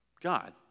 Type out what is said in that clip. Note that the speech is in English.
God